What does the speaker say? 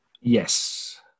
Yes